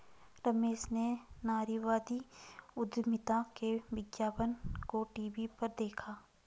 रमेश ने नारीवादी उधमिता के विज्ञापन को टीवी पर देखा